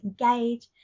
engage